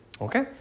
Okay